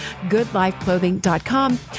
goodlifeclothing.com